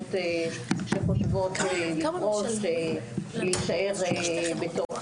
גננות חדשות למערכת וגם הזה ימנע מגננות לפרוש וישאיר אותן בתוך